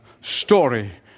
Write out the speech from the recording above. story